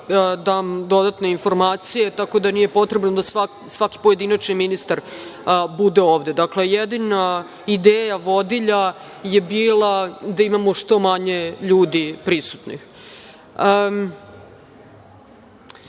dam dodatne informacije, tako da nije potrebno da svaki pojedinačni ministar bude ovde. Dakle, jedina ideja vodilja je bila da imamo što manje ljudi prisutnih. Što